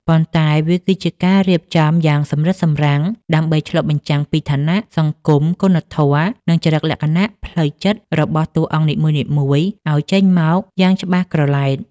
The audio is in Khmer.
ប៉ុន្តែវាគឺជាការរៀបចំយ៉ាងសម្រិតសម្រាំង ដើម្បីឆ្លុះបញ្ចាំងពីឋានៈ សង្គម គុណធម៌ និងចរិតលក្ខណៈផ្លូវចិត្តរបស់តួអង្គនីមួយៗឱ្យចេញមកយ៉ាងច្បាស់ក្រឡែត។